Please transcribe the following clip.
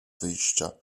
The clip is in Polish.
wyjścia